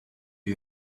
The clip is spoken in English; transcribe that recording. you